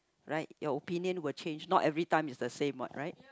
right your opinion will change not everytime is the same what right